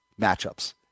matchups